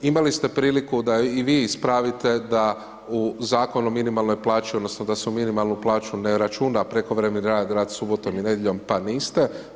Imali ste priliku da i vi ispravite da u Zakonu o minimalnoj plaći, odnosno da se u minimalnu plaću ne računa prekovremeni rad, rad subotom i nedjeljom pa niste.